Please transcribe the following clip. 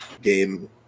game